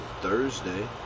Thursday